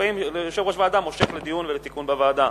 לפעמים יושב-ראש ועדה מושך לדיון ולתיקון בוועדה.